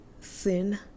thin